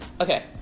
Okay